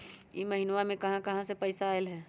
इह महिनमा मे कहा कहा से पैसा आईल ह?